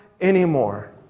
anymore